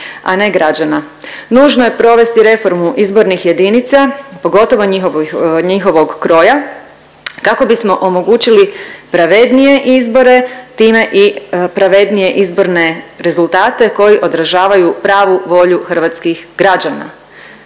a ne građana. Nužno je provesti reformu izbornih jedinica pogotovo njihovog kroja kako bismo omogućili pravednije izbore time i pravednije izborne rezultate koji odražavaju pravu volju hrvatskih građana.